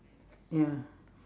ya